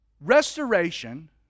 Restoration